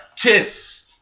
Kiss